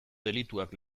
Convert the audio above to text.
delituak